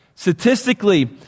Statistically